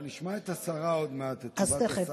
נשמע את השרה עוד מעט, את תשובת השרה.